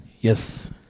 yes